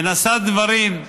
ונשא דברים,